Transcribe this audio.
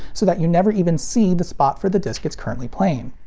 so that you never even see the spot for the disc it's currently playing.